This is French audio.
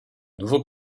nouveau